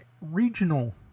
regional